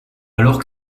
alors